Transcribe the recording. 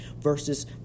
versus